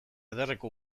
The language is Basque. ederreko